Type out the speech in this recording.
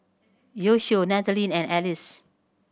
Yoshio Nathalie and Alice